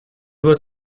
was